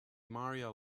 maria